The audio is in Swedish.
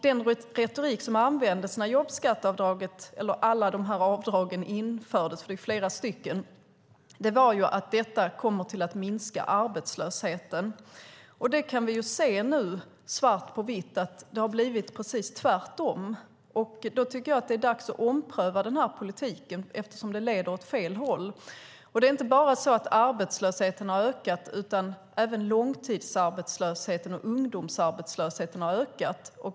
Den retorik som användes när alla de här avdragen infördes, det är ju flera, var att detta skulle minska arbetslösheten. Nu kan vi se att det har blivit precis tvärtom. Jag tycker att det är dags att ompröva den här politiken eftersom den leder åt fel håll. Det är inte bara arbetslösheten som har ökat, utan även långtidsarbetslösheten och ungdomsarbetslösheten.